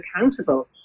accountable